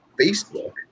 facebook